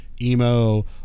emo